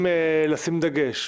רוצים לשים דגש,